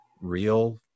real